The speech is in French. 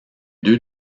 deux